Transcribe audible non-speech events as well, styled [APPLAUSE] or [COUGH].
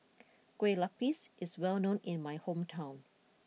[NOISE] Kueh Lupis is well known in my hometown